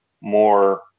more